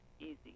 easy